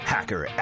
Hacker